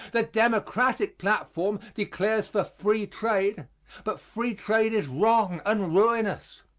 the democratic platform declares for free trade but free trade is wrong and ruinous.